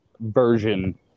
version